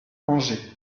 angers